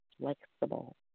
flexible